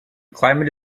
climate